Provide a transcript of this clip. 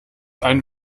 einen